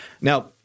Now